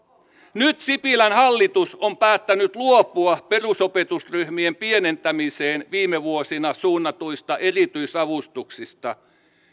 nyt sipilän hallitus on päättänyt luopua perusopetusryhmien pienentämiseen viime vuosina suunnatuista erityisavustuksista